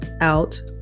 out